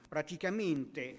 Praticamente